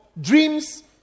dreams